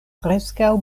preskaŭ